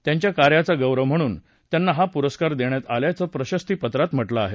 त्यांच्या कार्याचा गौरव म्हणून त्यांना हा पुरस्कार देण्यात आल्याचं प्रशस्तीपत्रात म्हटलं आहे